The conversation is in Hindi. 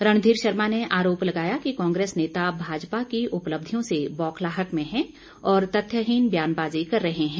रणधीर शर्मा ने आरोप लगाया कि कांग्रेस नेता भाजपा की उपलब्धियों से बौखलाहट में हैं और तथ्यहीन ब्यानबाजी कर रहे हैं